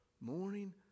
morning